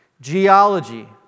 geology